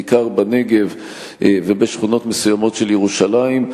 בעיקר בנגב ובשכונות מסוימות של ירושלים,